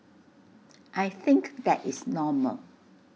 I think that is normal